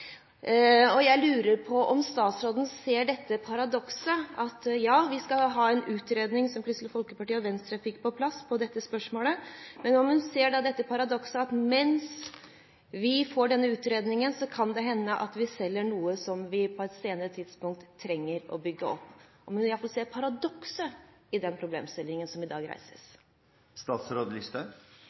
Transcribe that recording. Jeg lurer på om statsråden ser paradokset i at mens vi får utredningen – en utredning som Kristelig Folkeparti og Venstre fikk på plass angående dette spørsmålet – kan det hende at vi selger noe som vi på et senere tidspunkt trenger å bygge opp? Ser hun i alle fall paradokset i den problemstillingen som i dag